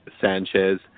Sanchez